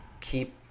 keep